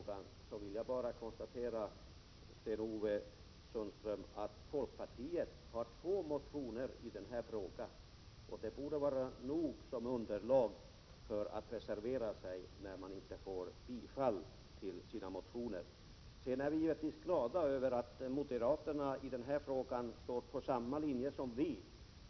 Jag vill bara konstatera, Sten-Ove Sundström, att folkpartiet har två motioner i denna fråga. Det borde räcka som underlag för att reservera sig när man inte får bifall till sina motioner. Vi är naturligtvis glada över att moderaterna är inne på samma linje som vi i denna fråga.